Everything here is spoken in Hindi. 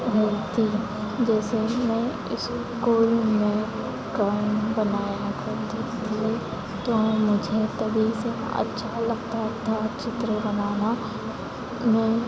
हुई थी जैसे मैं इस्कूल में ड्रॉइंग बनाया करती थी तो मुझे तभी से अच्छा लगता था चित्र बनाना मैं